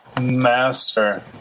Master